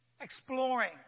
exploring